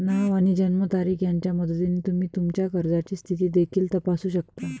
नाव आणि जन्मतारीख यांच्या मदतीने तुम्ही तुमच्या कर्जाची स्थिती देखील तपासू शकता